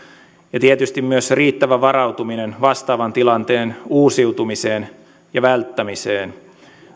ja tietysti myös se riittävä varautuminen vastaavan tilanteen uusiutumiseen ja välttämiseen